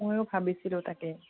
ময়ো ভাবিছিলোঁ তাকে